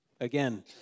Again